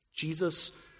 Jesus